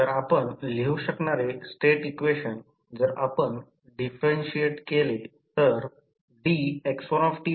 या प्रकारच्या प्रवाहाच्या I1 दिशेच्या आधी प्रमाणेच वरची दिशा I2 I 1 आहे आणि प्रवाह आहे याला I2 म्हणा